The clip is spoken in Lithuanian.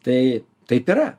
tai taip yra